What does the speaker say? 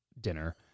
dinner